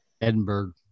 Edinburgh